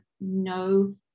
no